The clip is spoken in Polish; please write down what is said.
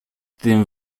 tym